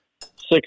six